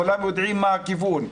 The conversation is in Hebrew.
כולם יודעים מה הכיוון,